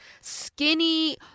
skinny